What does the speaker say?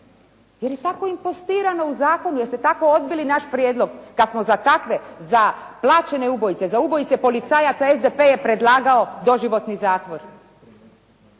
Jer je tako impostirano u zakonu, jer ste tako odbili naš prijedlog kad smo za takve, za plaćene ubojice, za ubojice policajaca SDP je predlagao doživotni zatvor.